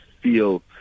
feel